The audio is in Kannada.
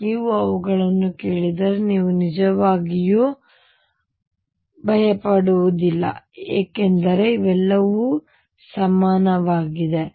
ಆದ್ದರಿಂದ ನೀವು ಅವುಗಳನ್ನು ಕೇಳಿದರೆ ನೀವು ನಿಜವಾಗಿಯೂ ಭಯಪಡುವುದಿಲ್ಲ ಇವೆಲ್ಲವೂ ಸಮಾನವಾಗಿವೆ